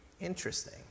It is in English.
Interesting